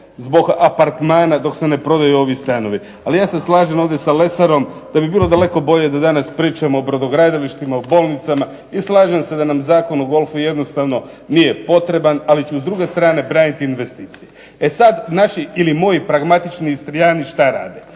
zbog apartmana dok se ne prodaju ovi stanovi. Ali ja se slažem ovdje sa Lesarom, da bi bilo daleko bolje da danas pričamo o brodogradilištima, o bolnicama, i slažem se da nam Zakon o golfu jednostavno nije potreban, ali ću s druge strane praviti investicije. E sad naši ili moji pragmatični Istrijani šta rade?